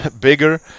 bigger